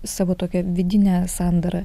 savo tokia vidine sandara